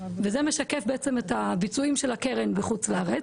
וזה משקף בעצם את הביצועים של הקרן בחוץ לארץ.